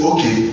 Okay